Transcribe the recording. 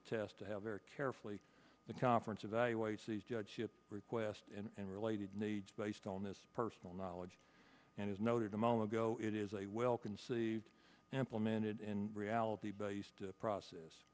attest to have very carefully the conference evaluates these judgeship request and related needs based on this personal knowledge and as noted a moment ago it is a well conceived implemented in reality based process